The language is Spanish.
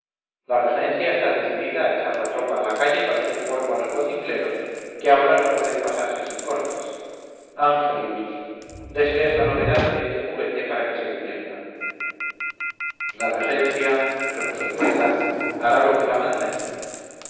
la regencia está decidida a echar la tropa a la calle para hacer polvo a los vocingleros que ahora no pueden pasarse sin cortes angelitos déseles la novedad de este juguete para que se diviertan la regencia repuso el poeta hará lo que la manden